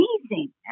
amazing